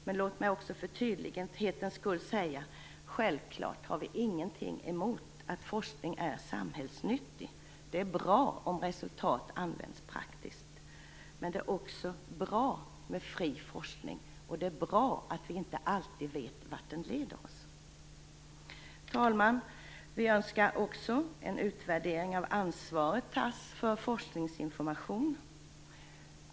Men låt mig också för tydlighetens skull säga: Självfallet har Folkpartiet ingenting emot att forskning är samhällsnyttig. Det är bra om resultat används praktiskt. Men det är också bra med fri forskning, och det är bra att vi inte alltid vet vart den leder oss. Herr talman! Folkpartiet önskar en utvärdering av ansvaret för forskningsinformation.